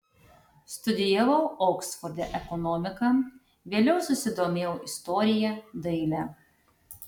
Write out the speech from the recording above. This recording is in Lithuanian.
studijavau oksforde ekonomiką vėliau susidomėjau istorija daile